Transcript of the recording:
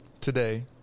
Today